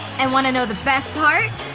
and wanna know the best part?